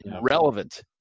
relevant